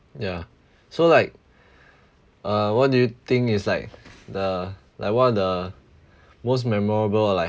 ya so like uh what do you think is like the like one of the most memorable or like